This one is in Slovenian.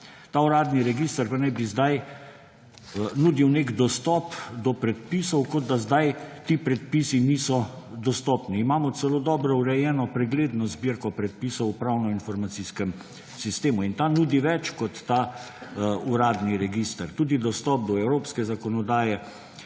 Ta uradni register pa naj bi zdaj nudil nek dostop do predpisov, kot da zdaj ti predpisi niso dostopni. Imamo celo dobro urejeno, pregledno zbirko predpisov v pravno-informacijskem sistemu in ta nudi več kot ta uradni register, tudi dostop do evropske zakonodaje.